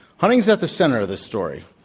hunting is at the center of this story.